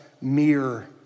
mere